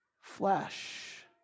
flesh